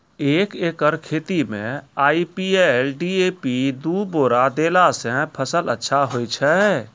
एक एकरऽ खेती मे आई.पी.एल डी.ए.पी दु बोरा देला से फ़सल अच्छा होय छै?